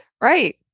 right